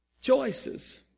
choices